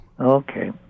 Okay